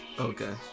Okay